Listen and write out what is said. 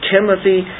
Timothy